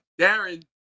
Darren